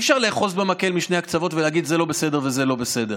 אי-אפשר לאחוז במקל בשני הקצוות ולהגיד: זה לא בסדר וזה לא בסדר.